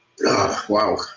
wow